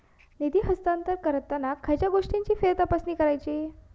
निधी हस्तांतरण करताना खयच्या गोष्टींची फेरतपासणी करायची?